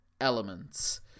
elements